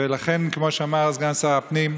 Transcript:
ולכן, כמו שאמר סגן שר הפנים,